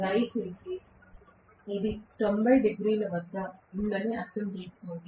దయచేసి ఇది 90 డిగ్రీల వద్ద ఉందని అర్థం చేసుకోండి